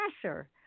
pressure